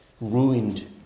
ruined